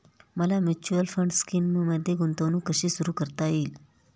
मला mutual fund स्कीममध्ये गुंतवणूक कशी सुरू करता येईल?